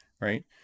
right